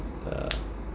ya